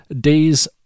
Days